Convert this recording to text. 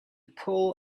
pull